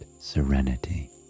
serenity